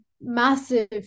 massive